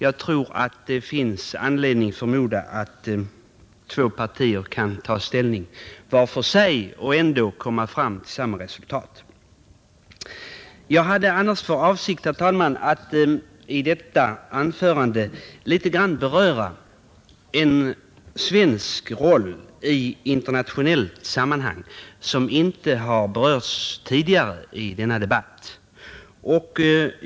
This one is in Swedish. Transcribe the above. Jag tror att det finns anledning förmoda att två partier kan ta ställning vart för sig och ändå komma fram till samma resultat. Jag hade annars för avsikt, herr talman, att i detta anförande något beröra en svensk roll i internationellt sammanhang som inte har berörts tidigare i denna debatt.